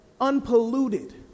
unpolluted